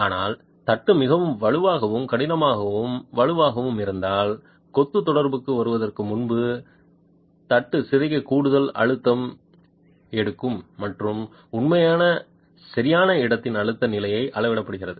ஆனால் தட்டு மிகவும் வலுவாகவும் கடினமாகவும் வலுவாகவும் இருந்தால் கொத்து தொடர்புக்கு வருவதற்கு முன்பு தட்டு சிதைக்க கூடுதல் அழுத்தம் எடுக்கும் மற்றும் உண்மையான சரியான இடத்தின் அழுத்த நிலை அளவிடப்படுகிறது